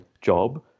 job